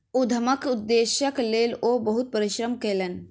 उद्यमक उदेश्यक लेल ओ बहुत परिश्रम कयलैन